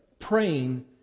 Praying